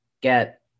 get